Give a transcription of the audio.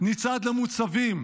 --- נצעד למוצבים,